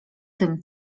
tym